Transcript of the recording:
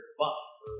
buff